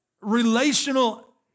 relational